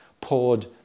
poured